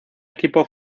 equipo